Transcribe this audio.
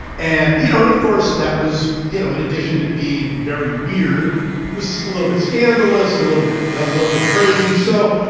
and you know, of course, that was you know, in addition to being very weird was a little bit scandalous, a little bit a little bit crazy. so,